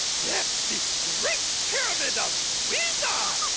yes the great pyramid of squeezer.